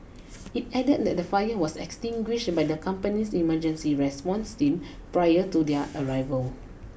it added that the fire was extinguished by the company's emergency response team prior to their arrival